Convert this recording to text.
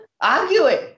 arguing